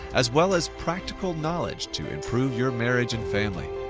as well as practical knowledge to improve your marriage and family.